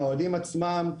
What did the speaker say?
האוהדים עצמם,